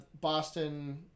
Boston